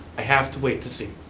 i have to wait to see.